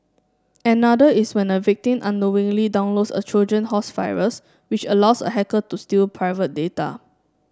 another is when a victim unknowingly downloads a Trojan horse virus which allows a hacker to steal private data